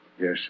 Yes